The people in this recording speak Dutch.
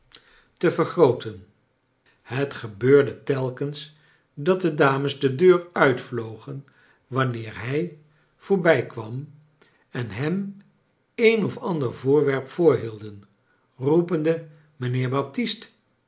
te vergrooten het gebeurde telkens dat de dames de deur uitvlogen wanneer hij voorbij kwam en hem een of ander voorwerp voorhielden roepende mijnheer baptist